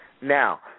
Now